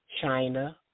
China